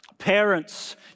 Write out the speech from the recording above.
Parents